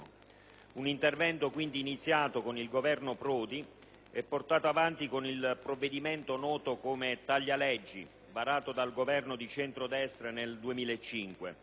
un intervento, quindi, iniziato con il Governo Prodi e portato avanti con il provvedimento noto come taglia-leggi, varato dal Governo di centrodestra nel 2005.